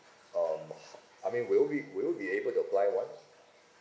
um I mean will we be will we be able to apply one